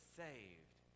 saved